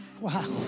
Wow